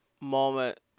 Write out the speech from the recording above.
moment